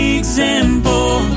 example